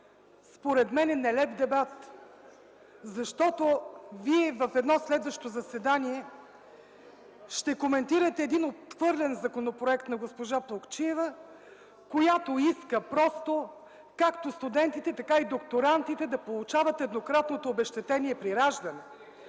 водим един нелеп дебат, защото вие в едно следващо заседание ще коментирате един отхвърлен законопроект на госпожа Плугчиева, която иска както студентите, така и докторантите да получават еднократното обезщетение при раждане.